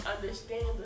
understand